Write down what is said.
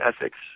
ethics